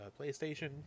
Playstation